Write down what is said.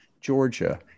Georgia